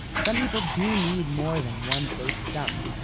some people do need more than one base sum.